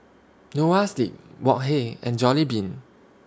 Noa Sleep Wok Hey and Jollibean